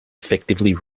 effectively